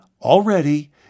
already